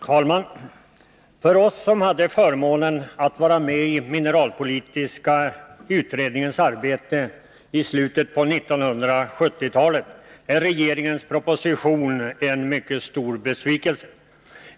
Herr talman! För oss som hade förmånen att vara med i mineralpolitiska utredningens arbete i slutet av 1970-talet är regeringens proposition en mycket stor besvikelse.